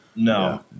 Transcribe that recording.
No